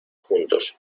juntos